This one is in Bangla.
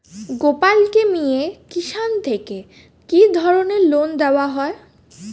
গোপালক মিয়ে কিষান থেকে কি ধরনের লোন দেওয়া হয়?